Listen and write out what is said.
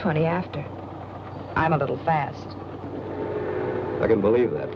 twenty after i'm a little fast i can believe that